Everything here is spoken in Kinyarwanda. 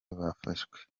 bafashwe